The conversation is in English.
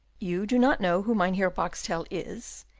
you do not know who mynheer boxtel is,